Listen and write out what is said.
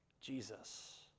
Jesus